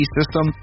system